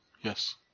Yes